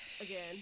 again